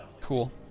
Cool